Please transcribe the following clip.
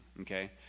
okay